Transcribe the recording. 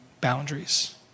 boundaries